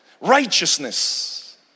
righteousness